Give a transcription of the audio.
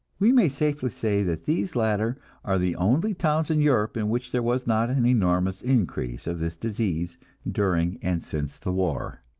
we may safely say that these latter are the only towns in europe in which there was not an enormous increase of this disease during and since the war.